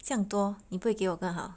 这样多你不会给我更好